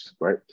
Right